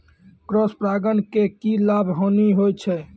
Cross परागण के की लाभ, हानि होय छै?